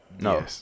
No